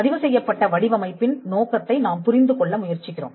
பதிவுசெய்யப்பட்ட வடிவமைப்பின் நோக்கத்தை நாம் புரிந்து கொள்ள முயற்சிக்கிறோம்